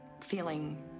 feeling